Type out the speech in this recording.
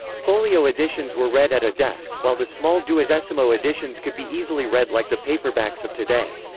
folio editions were read at a desk, while the small duodecimo editions could be easily read like the paperbacks of today.